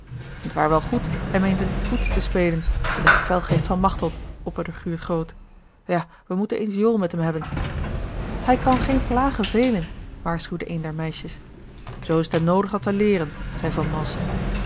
waar wel goed hem eens eene poets te spelen den kwelgeest van machteld opperde guurt groot ja we moeten eens jool met hem hebben hij kan geen plagen velen waarschuwde een der meisjes zoo is t hem noodig dat te leeren zeî van malsem